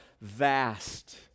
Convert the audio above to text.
vast